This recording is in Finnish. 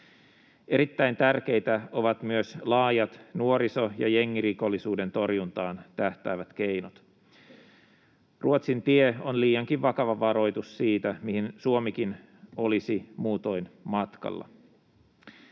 Erittäin tärkeitä ovat myös laajat nuoriso- ja jengirikollisuuden torjuntaan tähtäävät keinot. Ruotsin tie on liiankin vakava varoitus siitä, mihin Suomikin olisi muutoin matkalla.